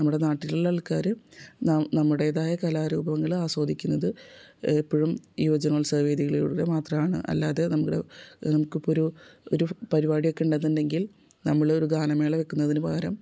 നമ്മുടെ നാട്ടിലുള്ള ആൾക്കാർ നം നമ്മുടേതായ കലാരൂപങ്ങൾ ആസ്വദിക്കുന്നത് എപ്പോഴും യുവജനോത്സവ വേദികളിലൂടെ മാത്രമാണ് അല്ലാതെ നമുക്ക് നമുക്കിപ്പോൾ ഒരു ഒരു പരിപാടിയൊക്കെ ഉണ്ടെന്നുണ്ടെങ്കിൽ നമ്മളൊരു ഗാനമേള വെക്കുന്നതിന് പകരം